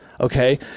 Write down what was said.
Okay